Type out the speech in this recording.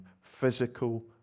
physical